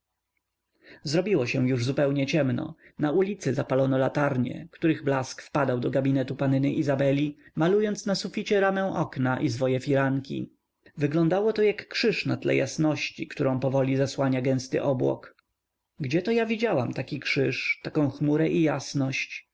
zrobiło się już zupełnie ciemno na ulicy zapalono latarnie których blask wpadał do gabinetu panny izabeli malując na suficie ramę okna i zwoje firanki wyglądało to jak krzyż na tle jasności którą powoli zasłania gęsty obłok gdzie to ja widziałam taki krzyż taką chmurę i jasność